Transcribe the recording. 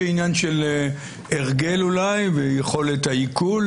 זה עניין של הרגל אולי ויכולת העיכול